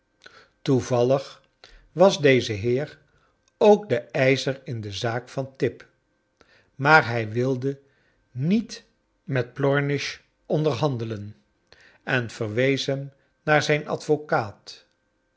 toevallig was deze heer ook de eischer in de zaak van tip maar hij wilde niet met plornish onderhandelen en verwees hem naar zijn advocaat